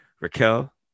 Raquel